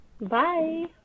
bye